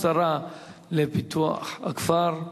השרה לפיתוח הכפר,